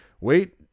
wait